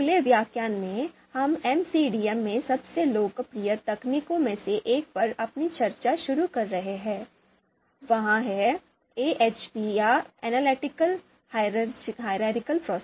अगले व्याख्यान में हम एमसीडीएम में सबसे लोकप्रिय तकनीकों में से एक पर अपनी चर्चा शुरू कर रहे हैं वह है AHP या Analytic Hierarchy Process